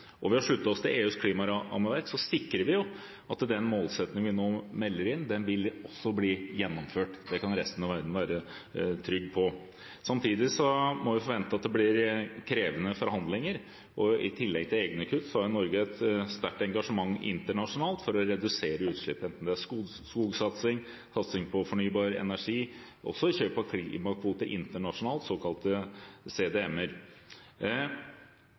Ved å slutte oss til EUs klimarammeverk sikrer vi at den målsettingen vi nå melder inn, også vil bli gjennomført. Det kan resten av verden være trygg på. Samtidig må vi forvente at det blir krevende forhandlinger, og i tillegg til egne kutt har Norge et sterkt engasjement internasjonalt for å redusere utslipp, enten det gjelder skogsatsing, satsing på fornybar energi eller kjøp av klimakvoter internasjonalt, såkalte